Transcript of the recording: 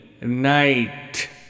Night